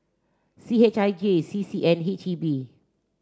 C H I J C C and H E B